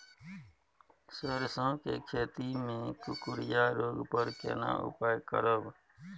सरसो के खेती मे कुकुरिया रोग पर केना उपाय करब?